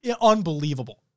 unbelievable